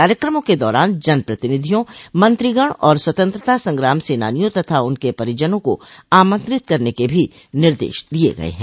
कार्यक्रमों के दौरान जन प्रतिनिधियों मंत्रीगण और स्वतंत्रता संग्राम सेनानियों तथा उनके परिजनों को आमंत्रित करन के भी निर्देश दिये गये हैं